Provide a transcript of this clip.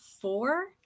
four